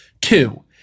Two